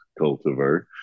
cultivar